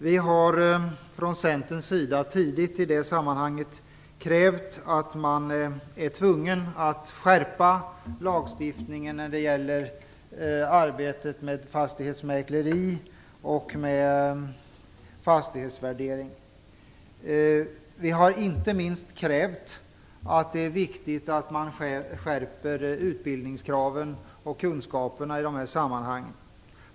Vi har från Centerns sida tidigt i det sammanhanget krävt att man skärper lagstiftningen när det gäller arbetet med fastighetsmäkleri och fastighetsvärdering. Vi har inte minst krävt att man skärper utbildningskraven.